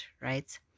right